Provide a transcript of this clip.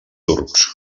turcs